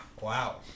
wow